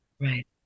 Right